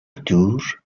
دور